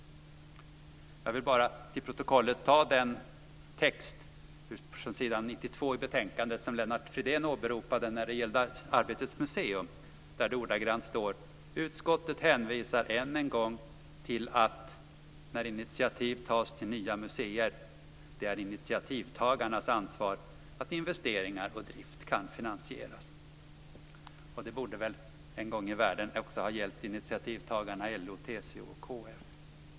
Jag vill bara till protokollet ta den text från s. 92 i betänkandet som Lennart Fridén åberopade när det gällde Arbetets museum. Där står ordagrant: "Utskottet hänvisar än en gång till att - när initiativ tas till nya museer - det är initiativtagarnas ansvar att investeringar och drift kan finansieras." Det borde väl en gång i världen också ha gällt initiativtagarna LO, TCO och KF.